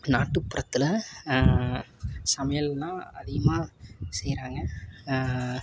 நாட்டுப்புறத்தில் சமையல்ன்னால் அதிகமாக செய்கிறாங்க